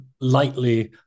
lightly